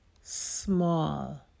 small